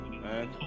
man